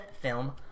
film